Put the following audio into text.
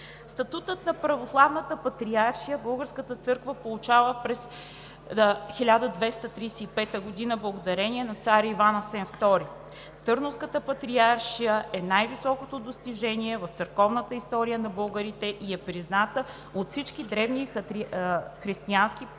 статут на православна патриаршия през 1235 г. благодарение на цар Иван Асен II. Търновската патриаршия е най-високото достижение в църковната история на българите и е призната от всички древни християнски патриаршии